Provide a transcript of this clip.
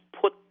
put